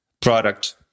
product